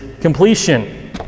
completion